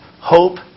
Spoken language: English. hope